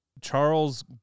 Charles